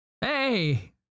hey